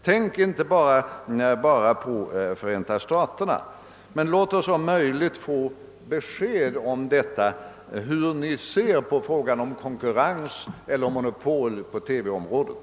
Tänk inte bara på förhållandena i Förenta staterna. Låt oss om möjligt få besked om hur Ni ser på frågan om konkurrens eller monopol på TV-området.